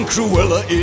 Cruella